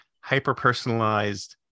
hyper-personalized